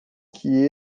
que